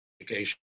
education